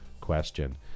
question